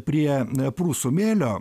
prie prūsų mėlio